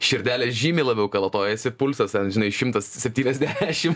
širdelė žymiai labiau kalatojasi pulsas ten žinai šimtas septyniasdešim